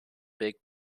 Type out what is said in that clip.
big